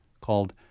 called